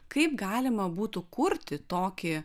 kaip galima būtų kurti tokį